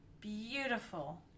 beautiful